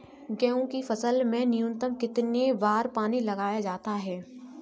गेहूँ की फसल में न्यूनतम कितने बार पानी लगाया जाता है?